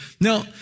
Now